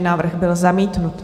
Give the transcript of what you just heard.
Návrh byl zamítnut.